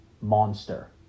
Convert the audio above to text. monster